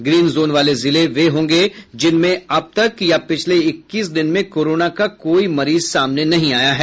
green zone वाले जिले वे होंगे जिनमें अब तक या पिछले इक्कीस दिन में कोरोना का कोई मरीज सामने नहीं आया है